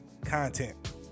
content